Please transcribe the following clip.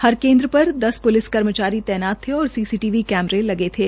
हर केन्द्र पर दस प्लिस कर्मचारी तैनात थे और सीसीटीवी कैमरे लगे थे